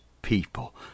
people